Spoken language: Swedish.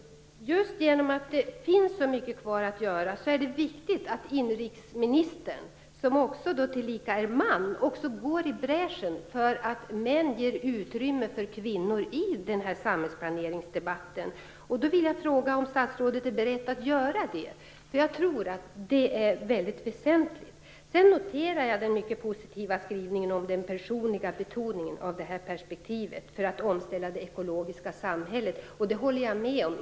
Just genom att det finns så mycket kvar att göra är det viktigt att inrikesministern, som tillika är man, också går i bräschen för att män ger utrymme för kvinnor i samhällsplaneringsdebatten. Jag vill fråga som statsrådet är beredd att göra det. Jag tror att det är väldigt väsentligt. Sedan noterar jag den mycket positiva skrivningen och den personliga betoningen av detta perspektiv för att omställa till det ekologiska samhället. Det håller jag med om.